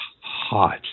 hot